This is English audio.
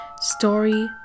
Story